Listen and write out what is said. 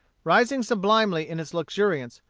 rising sublimely in its luxuriance,